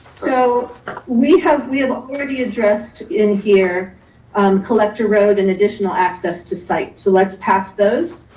so we have we have already addressed in here um collector road and additional access to site, so let's pass those.